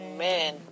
Amen